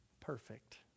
perfect